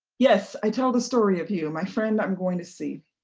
yes, i tell the story of you, my friend i'm going to see,